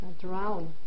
drown